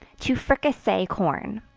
to fricassee corn.